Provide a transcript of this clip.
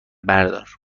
بردار